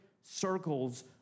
circles